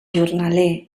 jornaler